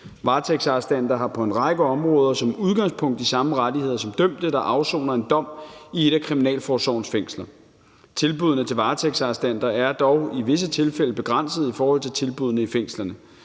Varetægtsarrestanter har på en række områder som udgangspunkt de samme rettigheder som dømte, der afsoner en dom i et af kriminalforsorgens fængsler. Tilbuddene til varetægtsarrestanter er dog i visse tilfælde begrænset i forhold til tilbuddene i fængslerne.